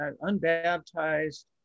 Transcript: unbaptized